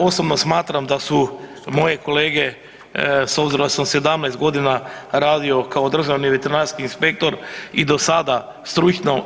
Osobno smatram da su moje kolege s obzirom da sam 17 g. radio kao državni veterinarski inspektor i do sada stručno.